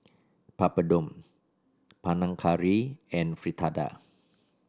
Papadum Panang Curry and Fritada